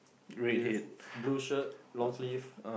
with blue shirt long sleeves